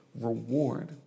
reward